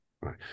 right